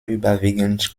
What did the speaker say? überwiegend